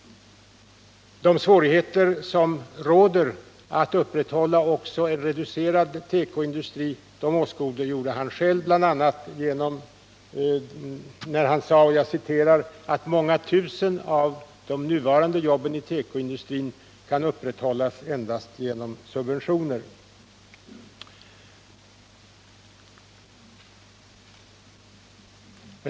De svårigheter som råder när det gäller att upprätthålla också en reducerad tekoindustri åskådliggjorde Jörn Svensson själv bl.a. när han sade att många tusen av de nuvarande jobben i tekoindustrin kan upprätthållas endast genom subventioner.